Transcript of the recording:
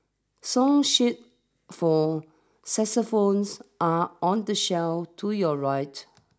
song sheet for saxophones are on the shelf to your right